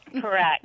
Correct